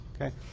okay